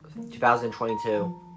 2022